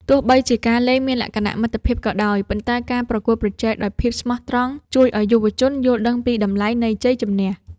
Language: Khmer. ទោះបីជាការលេងមានលក្ខណៈមិត្តភាពក៏ដោយ ប៉ុន្តែការប្រកួតប្រជែងដោយភាពស្មោះត្រង់ជួយឱ្យយុវជនយល់ដឹងពីតម្លៃនៃជ័យជម្នះ។